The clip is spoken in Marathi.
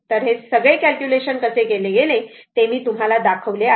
तर हे सगळे कॅल्क्युलेशन कसे केले गेले ते मी तुम्हाला दाखवले आहे